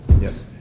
yes